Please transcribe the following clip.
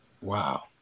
Wow